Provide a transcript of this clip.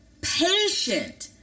patient